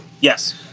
Yes